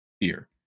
fear